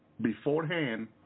beforehand